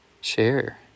share